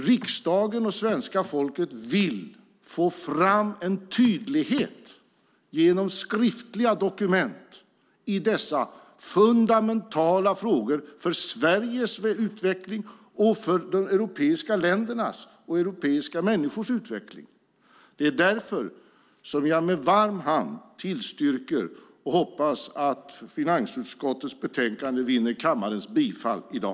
Riksdagen och svenska folket vill få fram en tydlighet genom skriftliga dokument i dessa fundamentala frågor för Sveriges utveckling, för de europeiska ländernas och de europeiska människornas utveckling. Det är därför som jag med varm hand tillstyrker och hoppas att förslaget i finansutskottets betänkande vinner kammarens bifall i dag.